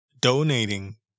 donating